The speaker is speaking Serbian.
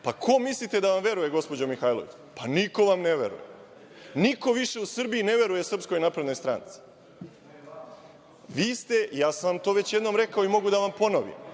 Pa, ko mislite da vam veruje, gospođo Mihajlović? Pa, niko vam ne veruje. Niko više u Srbiji ne veruje SNS.Vi ste, ja sam vam to već jednom rekao i mogu da vam ponovim,